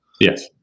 Yes